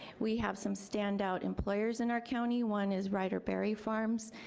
we have some standout employers in our county. one is writer berry farms.